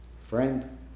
friend